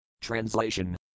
Translation